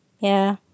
yeah